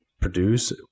produce